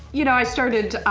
you know, i started